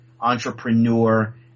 entrepreneur